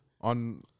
On